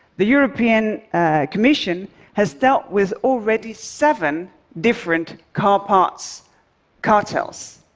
the european commission has dealt with already seven different car parts cartels,